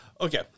Okay